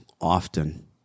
often